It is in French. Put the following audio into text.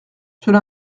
cela